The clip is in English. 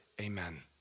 Amen